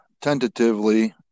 tentatively